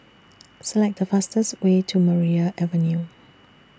Select The fastest Way to Maria Avenue